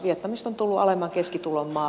vietnamista on tullut alemman keskitulon maa